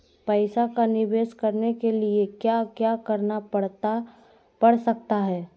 पैसा का निवेस करने के लिए क्या क्या करना पड़ सकता है?